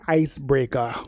icebreaker